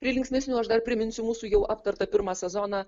prie linksmesnių aš dar priminsiu mūsų jau aptartą pirmą sezoną